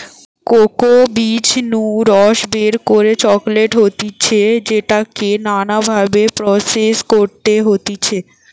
cocoa বীজ নু রস বের করে চকলেট হতিছে যেটাকে নানা ভাবে প্রসেস করতে হতিছে